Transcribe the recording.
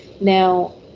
now